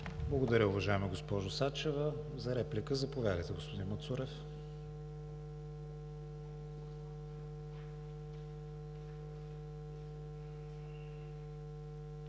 Благодаря, уважаема госпожо Сачева. За реплика – заповядайте, господин Мацурев.